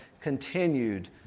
continued